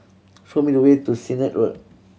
show me the way to Sennett Road